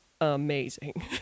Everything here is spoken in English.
amazing